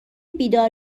بیدار